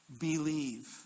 believe